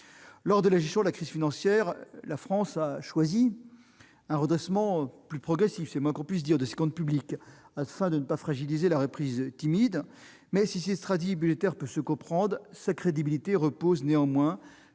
Lors de la gestion de la crise financière, la France a choisi un redressement plus progressif- c'est le moins que l'on puisse dire - de ses comptes publics, afin de ne pas fragiliser la timide reprise économique. Si cette stratégie budgétaire peut se comprendre, sa crédibilité repose néanmoins